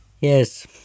Yes